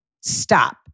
stop